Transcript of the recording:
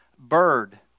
bird